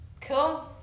Cool